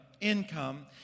income